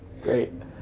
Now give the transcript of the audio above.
Great